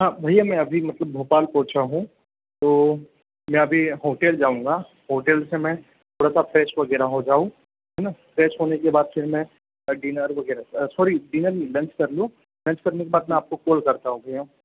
हाँ भैया मैं अभी मतलब भोपाल पहुंचा हूँ तो मैं अभी होटेल जाऊंगा होटल से मैं थोड़ा सा फ्रेश वगैरह हो जाऊं हैं ना फ्रेश होने के बाद फिर मैं अ डिनर वगैरा सॉरी डिनर नई लंच कर लूं लंच करने के बाद मैं आपको कोल करता हूँ भैया